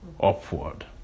upward